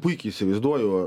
puikiai įsivaizduoju